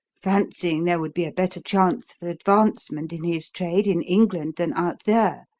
fancying there would be a better chance for advancement in his trade in england than out there,